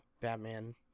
Batman